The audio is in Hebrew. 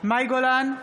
מאי גולן,